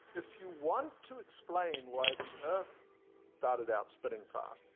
if you want to explain why the earth started out spinning fast,